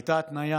והייתה התניה